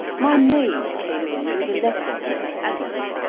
my maid came in, with a letter in her hand.